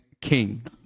King